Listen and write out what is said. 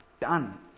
Done